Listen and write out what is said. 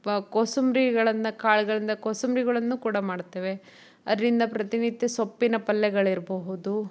ಪ ಕೋಸಂಬರಿಗಳನ್ನ ಕಾಳುಗಳಿಂದ ಕೋಸಂಬರಿಗಳನ್ನು ಕೂಡ ಮಾಡ್ತೇವೆ ಅದರಿಂದ ಪ್ರತಿನಿತ್ಯ ಸೊಪ್ಪಿನ ಪಲ್ಯಗಳಿರಬಹುದು